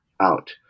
out